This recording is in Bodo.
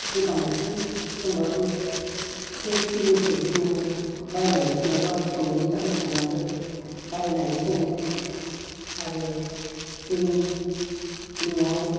गोबांसिन संब्लाबो से किल'खो जोङो बायनानै सङोब्ला खननै गाहाम संनांगोन बायनानै सङोब्ला आरो जों न'आव